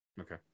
Okay